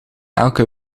elke